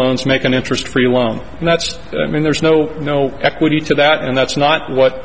loans make an interest free loan and that's i mean there's no no equity to that and that's not what